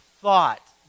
thought